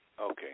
Okay